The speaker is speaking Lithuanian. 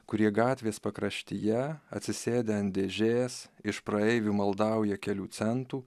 kurie gatvės pakraštyje atsisėdę ant dėžės iš praeivių maldauja kelių centų